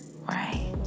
right